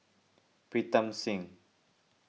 Pritam Singh